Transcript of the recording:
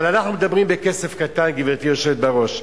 אבל אנחנו מדברים בכסף קטן, גברתי היושבת בראש.